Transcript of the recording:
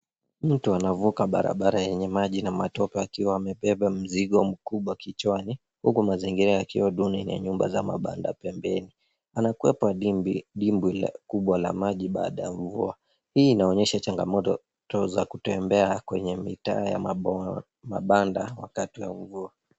Mtu anavuka barabara yenye maji na matope akiwa amebeba mzigo mkubwa kichwani, huku mazingira yakiwa duni na nyumba za mabanda pembeni. Anakwepa dimbwi kubwa la maji baada ya mvua. Hii inaonyesha changamoto za kutembea kwenye mitaa ya mabanda wakati wa mvua.